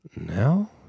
now